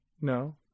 No